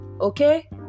Okay